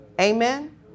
Amen